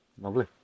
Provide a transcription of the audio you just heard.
lovely